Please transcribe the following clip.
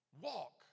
Walk